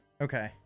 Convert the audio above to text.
Okay